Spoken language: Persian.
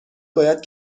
باید